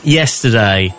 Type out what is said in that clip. yesterday